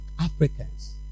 Africans